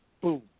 boom